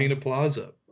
Plaza